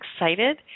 excited